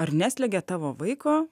ar neslegia tavo vaiko